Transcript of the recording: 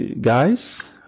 guys